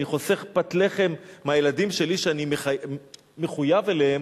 חוסך פת לחם מהילדים שלי שאני מחויב אליהם,